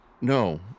No